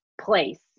place